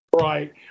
Right